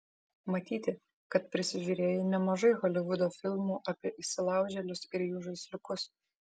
matyti kad prisižiūrėjai nemažai holivudo filmų apie įsilaužėlius ir jų žaisliukus